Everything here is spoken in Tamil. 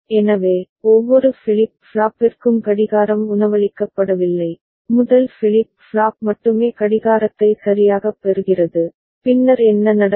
எனவே ஒவ்வொரு ஃபிளிப் ஃப்ளாப்பிற்கும் கடிகாரம் உணவளிக்கப்படவில்லை முதல் ஃபிளிப் ஃப்ளாப் மட்டுமே கடிகாரத்தை சரியாகப் பெறுகிறது பின்னர் என்ன நடக்கும்